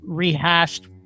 rehashed